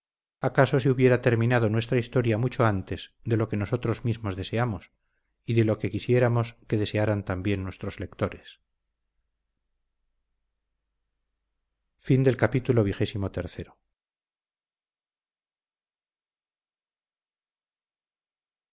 acaso se hubiera terminado nuestra historia mucho antes de lo que nosotros mismos deseamos y de lo que quisiéramos que desearan también nuestros lectores